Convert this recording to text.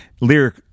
lyric